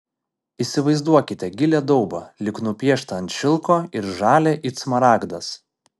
įsivaizduokite gilią daubą lyg nupieštą ant šilko ir žalią it smaragdas